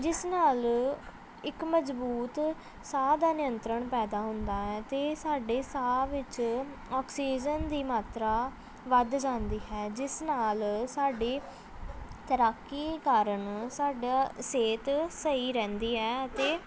ਜਿਸ ਨਾਲ ਇੱਕ ਮਜ਼ਬੂਤ ਸਾਹ ਦਾ ਨਿਯੰਤਰਣ ਪੈਦਾ ਹੁੰਦਾ ਹੈ ਅਤੇ ਸਾਡੇ ਸਾਹ ਵਿੱਚ ਆਕਸੀਜਨ ਦੀ ਮਾਤਰਾ ਵੱਧ ਜਾਂਦੀ ਹੈ ਜਿਸ ਨਾਲ ਸਾਡੀ ਤੈਰਾਕੀ ਕਾਰਨ ਸਾਡਾ ਸਿਹਤ ਸਹੀ ਰਹਿੰਦੀ ਹੈ ਅਤੇ